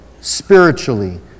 spiritually